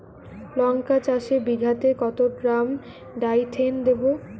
লঙ্কা চাষে বিঘাতে কত গ্রাম ডাইথেন দেবো?